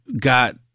got